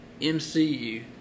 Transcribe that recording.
MCU